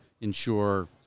ensure